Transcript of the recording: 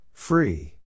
Free